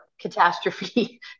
catastrophe